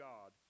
God